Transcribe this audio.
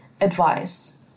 Advice